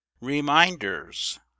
REMINDERS